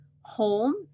home